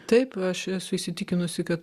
taip aš esu įsitikinusi kad